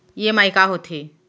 EMI का होथे?